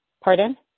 pardon